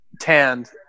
tanned